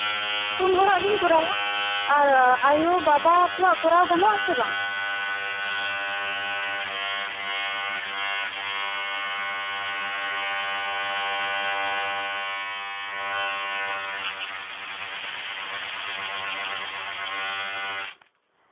ᱯᱩᱱ ᱦᱚᱲᱟᱜ ᱜᱤᱧ ᱠᱚᱨᱟᱣᱟ ᱟᱨ ᱟ ᱭᱩᱼᱵᱟᱵᱟ ᱠᱚᱣᱟᱜ ᱠᱚᱨᱟᱣ ᱜᱟᱱᱚᱜ ᱜᱮᱭᱟ ᱥᱮ ᱵᱟᱝ